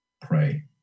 Pray